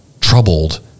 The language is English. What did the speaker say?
troubled